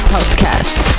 podcast